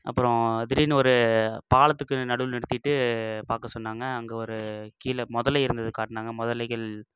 அப்புறம் திடீர்னு ஒரு பாலத்துக்கு நடுவில் நிறுத்திவிட்டு பார்க்க சொன்னாங்க அங்கே ஒரு கீழே முதலை இருந்தது காட்டினாங்க முதலைகள்